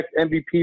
MVP